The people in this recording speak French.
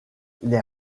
les